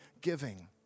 giving